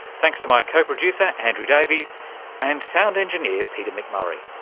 thanks to my co-producer andrew davies and sound engineer peter mcmurray.